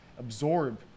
absorb